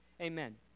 Amen